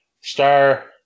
Star